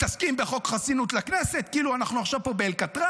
היה צריך להביא פה את טובי בנינו ממשמר